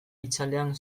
itzalean